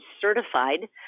certified